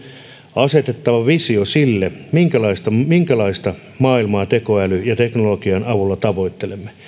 asetettava visio sille minkälaista minkälaista maailmaa tekoälyn ja teknologian avulla tavoittelemme